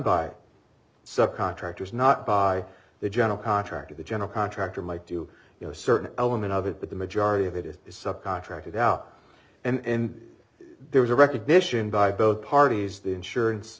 by subcontractors not by the general contractor the general contractor might do you know a certain element of it but the majority of it is subcontracted out and there was a recognition by both parties the insurance